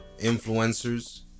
influencers